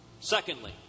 Secondly